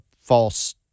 false